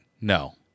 No